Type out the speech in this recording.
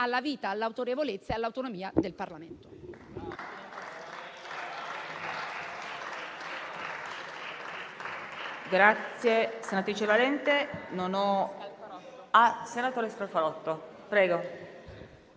alla vita, all'autorevolezza e all'autonomia del Parlamento.